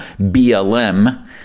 BLM